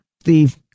Steve